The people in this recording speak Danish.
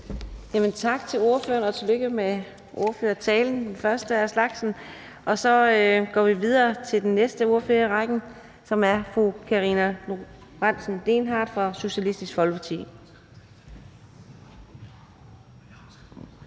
Tak til ordføreren, og tillykke med ordførertalen, den første af slagsen. Vi går videre til den næste ordfører i rækken, som er fru Karina Lorentzen Dehnhardt fra Socialistisk Folkeparti. Kl.